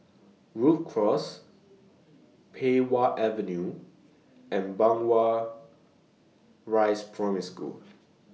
Rhu Cross Pei Wah Avenue and Blangah Rise Primary School